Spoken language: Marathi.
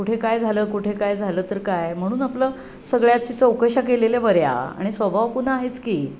कुठे काय झालं कुठे काय झालं तर काय म्हणून आपलं सगळ्याची चौकशा केलेल्या बऱ्या आणि स्वभाव पुन्हा आहेच की